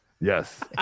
Yes